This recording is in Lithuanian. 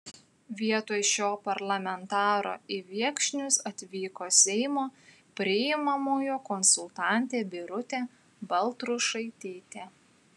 vietoj šio parlamentaro į viekšnius atvyko seimo priimamojo konsultantė birutė baltrušaitytė